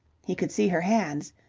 he could see her hands.